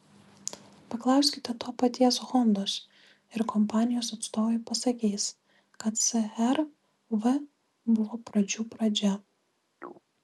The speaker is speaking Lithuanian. paklauskite to paties hondos ir kompanijos atstovai pasakys kad cr v buvo pradžių pradžia